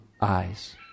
eyes